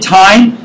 time